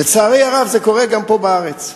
לצערי הרב, זה קורה גם פה, בארץ.